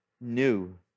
new